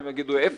אם יגידו אפס,